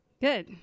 Good